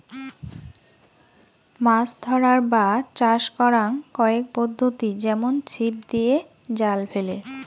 মাছ ধরার বা চাষ করাং কয়েক পদ্ধতি যেমন ছিপ দিয়ে, জাল ফেলে